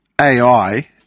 AI